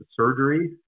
surgery